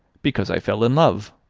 because i fell in love.